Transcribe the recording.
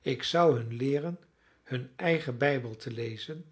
ik zou hun leeren hun eigen bijbel te lezen